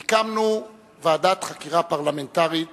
אנחנו הקמנו ועדת חקירה פרלמנטרית